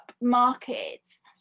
markets